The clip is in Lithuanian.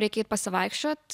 reikia eit pasivaikščiot